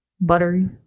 Buttery